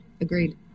Agreed